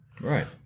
Right